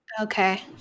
Okay